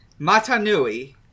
MataNui